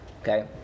Okay